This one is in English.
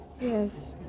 Yes